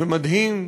מדהים,